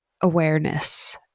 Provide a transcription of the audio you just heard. awareness